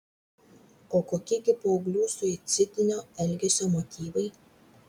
o kokie gi paauglių suicidinio elgesio motyvai